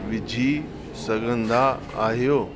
विझी सघंदा आहियो